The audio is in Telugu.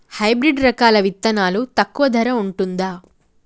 హైబ్రిడ్ రకాల విత్తనాలు తక్కువ ధర ఉంటుందా?